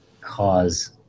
cause